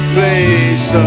Place